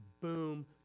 boom